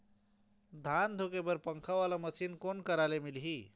धान धुके बर पंखा वाला मशीन कोन करा से मिलही?